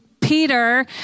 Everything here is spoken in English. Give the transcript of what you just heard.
Peter